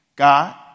God